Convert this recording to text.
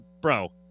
bro